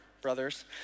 brothers